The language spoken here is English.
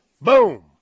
Boom